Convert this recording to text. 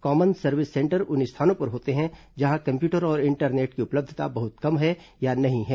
common service centre उन स्थानों पर होते हैं जहां कम्प्यूटर और इंटरनेट की उपलब्धता बहुत कम है या नहीं है